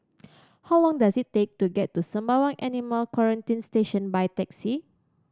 how long does it take to get to Sembawang Animal Quarantine Station by taxi